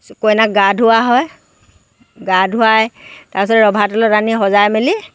কইনাক গা ধুওঁৱা হয় গা ধুৱাই তাৰ পিছত ৰভাতলত আনি সজাই মেলি